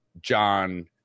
john